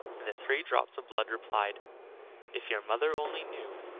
and the three drops of blood replied if your mother only knew,